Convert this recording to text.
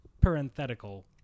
Parenthetical